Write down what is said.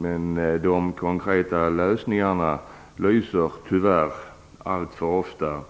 Men de konkreta lösningarna lyser tyvärr alltför ofta